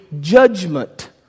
judgment